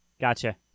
Gotcha